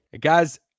guys